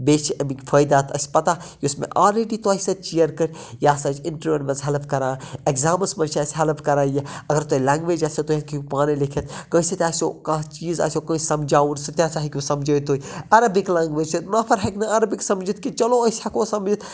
بیٚیہِ چھِ اَمِکۍ فٲیدات اَسہِ پَتہ یُس مےٚ آلریڈی تۄہہِ سۭتۍ شِیَر کٔرۍ یہِ ہَسا چھُ اِنٹَروِون مَنز ہیٚلپ کَران ایکزامَس مَنز چھُ اَسہِ ہیٚلپ کَران یہِ اَگر تۄہہِ لینگویٚج آسہِ تُہۍ ہیٚکو پانے لیکِھتھ کٲنسہِ سۭتۍ آسیو کانہہ چیٖز آسیو کٲنسہِ سمجاوُن سُہ تہِ ہَسا ہیٚکِو سمجٲیِتھ تُہۍ عرَبِک لینگویٚج چھےٚ نَفَر ہیٚکہِ نہٕ عرَبِک سَمجِتھ کیٚنٛہہ چلو أسۍ ہیٚکو سمجِتھ